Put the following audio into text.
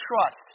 trust